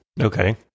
okay